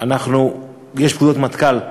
יש פקודות מטכ"ל,